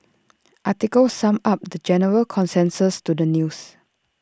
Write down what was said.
article summed up the general consensus to the news